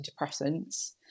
antidepressants